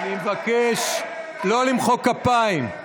אני מבקש לא למחוא כפיים.